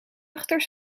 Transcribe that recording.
achter